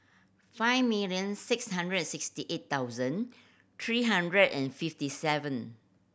five million six hundred and sixty eight thousand three hundred and fifty seven